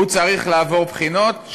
הוא צריך לעבור בחינות.